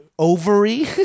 ovary